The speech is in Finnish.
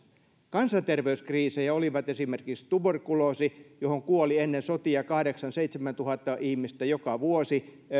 kansanterveyskriisejä olivat esimerkiksi tuberkuloosi johon kuoli ennen sotia seitsemäntuhatta viiva kahdeksantuhatta ihmistä joka vuosi